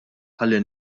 ħalli